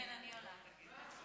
כן, אני עולה.